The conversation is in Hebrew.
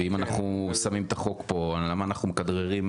אם אנחנו שמים את החוק פה, למה אנחנו מכדררים?